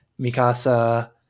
Mikasa